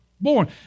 born